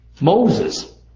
Moses